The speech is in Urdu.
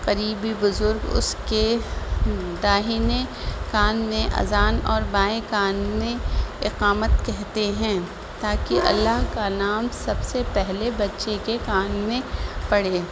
قریبی بزرگ اس کے داہنے کان میں اذان اور بائیں کان میں اقامت کہتے ہیں تاکہ اللہ کا نام سب سے پہلے بچے کے کان میں پڑے